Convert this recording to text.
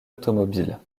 automobile